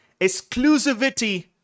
exclusivity